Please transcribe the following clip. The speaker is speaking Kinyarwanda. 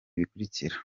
bikurikira